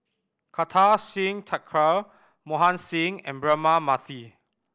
Kartar Singh Thakral Mohan Singh and Braema Mathi